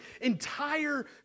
entire